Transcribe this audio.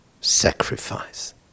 sacrifice